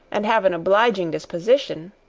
and have an obliging disposition,